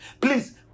please